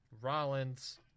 Rollins